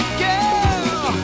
girl